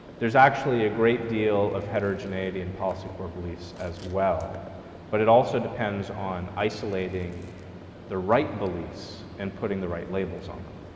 there's actually a great deal of heterogeneity in policy core beliefs as well but it also depends on isolating the right beliefs and putting the right labels on them.